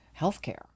healthcare